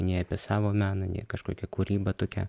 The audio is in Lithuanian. nei apie savo meną nei kažkokią kūrybą tokią